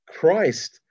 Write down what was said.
Christ